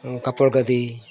ᱠᱟᱯᱚᱲᱜᱟᱹᱫᱤ